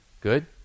Good